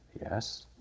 yes